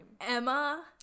Emma